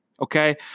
Okay